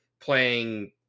playing